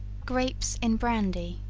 grapes in brandy.